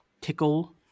tickle